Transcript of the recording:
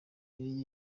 yari